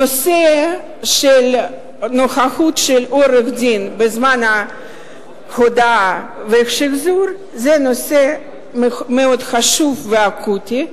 נושא נוכחות של עורך-דין בזמן הודאה ושחזור הוא נושא מאוד חשוב ואקוטי.